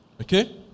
Okay